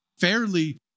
fairly